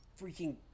freaking